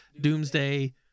doomsday